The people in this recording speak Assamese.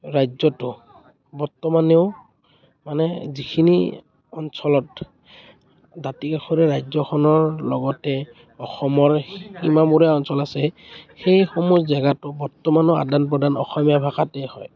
ৰাজ্য়তো বৰ্তমানেও মানে যিখিনি অঞ্চলত দাঁতি কাষৰীয়া ৰাজ্য়খনৰ লগতে অসমৰ সীমামূৰীয়া অঞ্চল আছে সেইসমূহ জেগাটো বৰ্তমানেও আদান প্ৰদান অসমীয়া ভাষাতে হয়